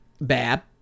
bad